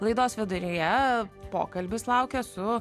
laidos viduryje pokalbis laukia su